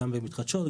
גם במתחדשות,